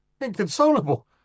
Inconsolable